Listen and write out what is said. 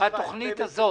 בתוכנית הזו.